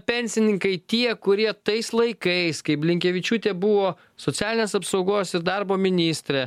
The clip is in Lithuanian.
pensininkai tie kurie tais laikais kai blinkevičiūtė buvo socialinės apsaugos ir darbo ministrė